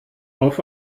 auf